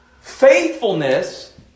faithfulness